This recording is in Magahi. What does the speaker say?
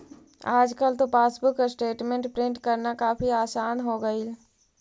आजकल तो पासबुक स्टेटमेंट प्रिन्ट करना काफी आसान हो गईल